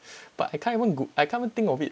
but I can't even goo~ I can't even think of it